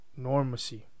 Normacy